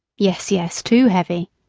yes, yes, too heavy,